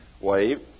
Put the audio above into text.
wave